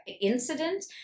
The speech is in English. incident